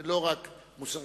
ולא רק מוסרית.